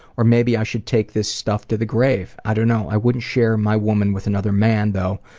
or maybe i should take this stuff to the grave. i don't know. i wouldn't share my woman with another man though,